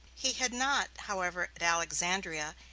he had not, however, at alexandria,